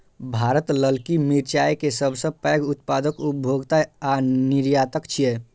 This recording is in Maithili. भारत ललकी मिरचाय के सबसं पैघ उत्पादक, उपभोक्ता आ निर्यातक छियै